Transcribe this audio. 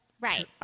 Right